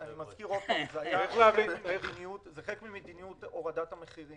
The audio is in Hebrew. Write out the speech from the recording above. אני מזכיר עוד פעם: זה חלק ממדיניות הורדת המחירים